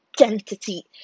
identity